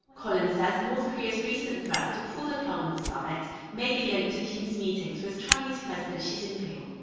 collins says north korea's recent threats to pull the plug on the summit may be linked to kim's meetings with chinese president xi jinping.